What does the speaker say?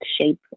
shape